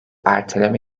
erteleme